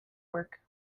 work